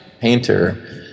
painter